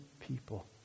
people